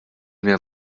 mir